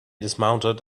dismounted